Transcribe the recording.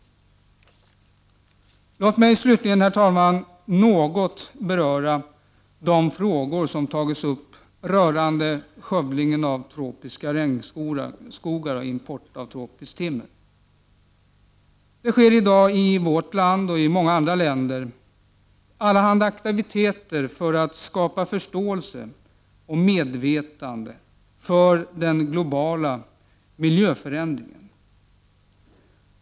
Låt mig slutligen, herr talman, något beröra de frågor som tagits upp rörande skövlingen av tropiska regnskogar och import av tropiskt timmer. Det pågår i dag i vårt land och i många andra länder allehanda aktiviteter för att skapa förståelse och medvetenhet för den globala miljöförändringen.